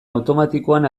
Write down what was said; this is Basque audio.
automatikoan